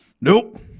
Nope